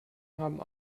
haben